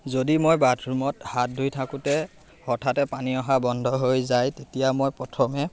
যদি মই বাথৰুমত হাত ধুই থাকোঁতে হঠাতে পানী অহা বন্ধ হৈ যায় তেতিয়া মই প্ৰথমে